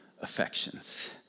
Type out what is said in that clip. affections